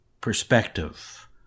perspective